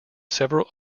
several